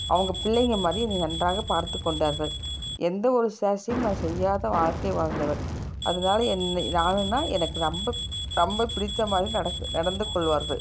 அவங்க பிள்ளைங்கள் மாதிரி என்னை நன்றாக பார்த்துக் கொண்டார்கள் எந்த ஒரு சேஷ்ட்டையும் நான் செய்யாத வாழ்க்கை வாழ்ந்தவள் அதனால் என்னை நானுன்னால் எனக்கு ரொம்ப ரொம்பப் பிடித்த மாதிரி நடக்க நடந்து கொள்வார்கள்